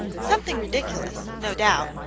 something ridiculous, no doubt,